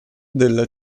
della